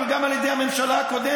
אבל גם על ידי הממשלה הקודמת,